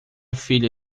filha